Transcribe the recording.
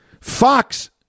Fox